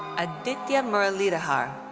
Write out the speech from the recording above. aditya muralidhar.